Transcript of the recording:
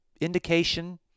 indication